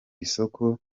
isoko